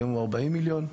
היום הוא 40 מיליון.